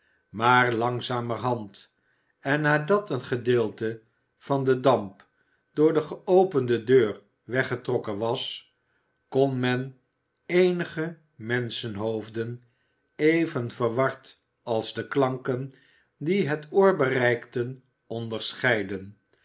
maar langzamerhand en nadat een gedeelte van den damp door de geopende deur weggetrokken was kon men eenige menschenhoofden even verward als de klanken die het oor bereikten onderscheiden